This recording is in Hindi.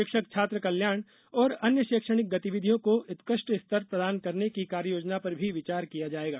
शिक्षक छात्र कल्याण और अन्य शैक्षणिक गतिविधियों को उत्कृष्ट स्तर प्रदान करने की कार्य योजना पर भी विचार किया जाएगा